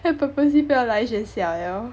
and purposely 不要来学校 at all